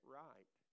right